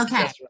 okay